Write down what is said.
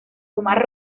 omar